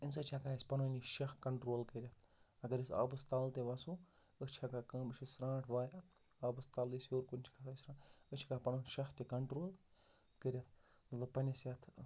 اَمہِ سۭتۍ چھِ ہٮ۪کان پَنُن یہِ شَہہ کَنٹرٛول کٔرِتھ اگر أسۍ آبَس تَل تہِ وَسو أسۍ چھِ ہٮ۪کان کٲم أسۍ چھِ ژھرٛانٛٹھ وایان آبَس تَلٕے ہیوٚر کُن چھِ أسۍ چھِ ہٮ۪کان پںُن شَہہ تہِ کَنٹرٛول کٔرِتھ مطلب پںٛنِس صحتہٕ